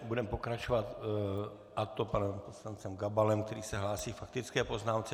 Budeme pokračovat, a to panem poslancem Gabalem, který se hlásí k faktické poznámce.